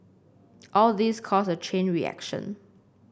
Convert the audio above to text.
all these cause a chain reaction